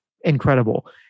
incredible